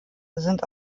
sind